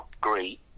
great